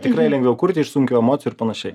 tikrai lengviau kurti iš sunkių emocijų ir panašiai